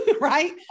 right